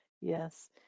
yes